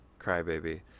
Crybaby